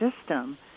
system